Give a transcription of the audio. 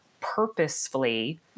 purposefully